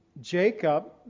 Jacob